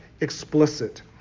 explicit